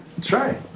Try